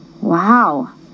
Wow